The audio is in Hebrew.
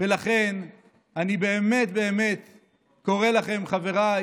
ולכן אני באמת קורא לכם, חבריי